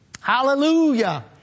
Hallelujah